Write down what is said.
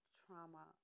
trauma